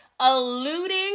alluding